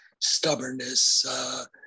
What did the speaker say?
stubbornness